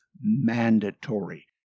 mandatory